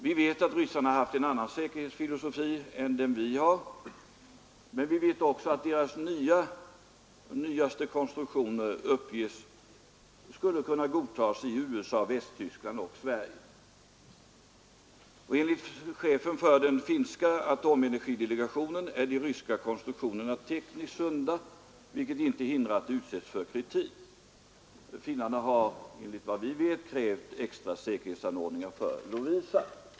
Vi vet att ryssarna har haft en annan säkerhetsfilosofi än den vi har, men det uppges att deras nyaste konstruktioner skulle kunna godtas i USA, Västtyskland och Sverige. Enligt chefen för den finska atomenergidelegationen är de ryska konstruktionerna tekniskt sunda, vilket inte hindrar att de utsätts för kritik. Finnarna har enligt vad vi vet krävt extra säkerhetsanordningar för Lovisa.